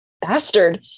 bastard